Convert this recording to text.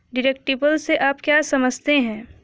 Deductible से आप क्या समझते हैं?